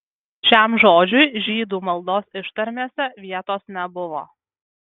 šiam žodžiui žydų maldos ištarmėse vietos nebuvo